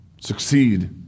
succeed